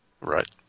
Right